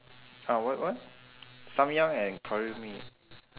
uh what what samyang and curry mee